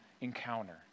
encounter